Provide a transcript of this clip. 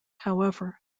however